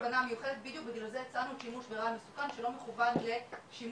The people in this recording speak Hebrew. ----- -בדיוק בגלל זה הצענו שימוש ברעל מסוכן שלא מכוון לשימוש